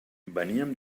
venien